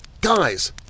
Guys